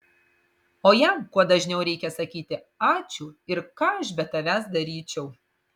o jam kuo dažniau reikia sakyti ačiū ir ką aš be tavęs daryčiau